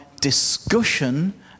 discussion